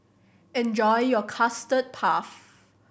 enjoy your Custard Puff